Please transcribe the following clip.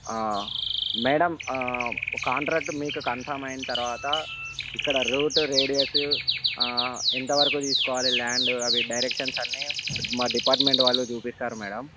madam contract మీకు confirm అయిన తర్వాత ఇక్కడ రూట్ రేడియస్ ఎంతవరకు తీసుకోవాలి ల్యాండ్ అవి డైరెక్షన్స్ అన్ని మా డిపార్ట్మెంట్ వాళ్ళు చూపిస్తారు మేడం